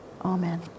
Amen